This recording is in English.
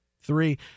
three